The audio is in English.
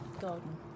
garden